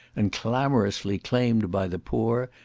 and clamourously claimed by the poor,